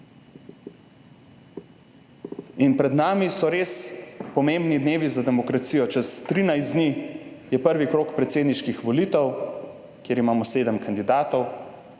In pred nami so res pomembni dnevi za demokracijo, čez 13 dni je prvi krog predsedniških volitev, kjer imamo 7 kandidatov,